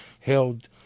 held